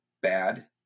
bad